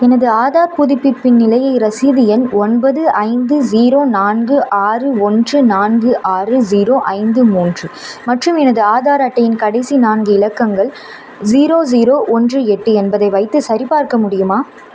எனது ஆதார் புதுப்பிப்பின் நிலையை ரசீது எண் ஒன்பது ஐந்து ஸீரோ நான்கு ஆறு ஒன்று நான்கு ஆறு ஸீரோ ஐந்து மூன்று மற்றும் எனது ஆதார் அட்டையின் கடைசி நான்கு இலக்கங்கள் ஸீரோ ஸீரோ ஒன்று எட்டு என்பதை வைத்து சரிபார்க்க முடியுமா